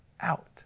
out